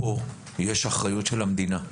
פה יש אחריות של המדינה.